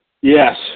Yes